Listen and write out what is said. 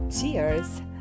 Cheers